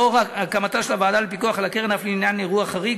לאור הקמתה של הוועדה לפיקוח על הקרן אף לעניין אירוע חריג,